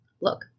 Look